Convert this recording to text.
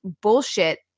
bullshit